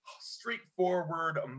straightforward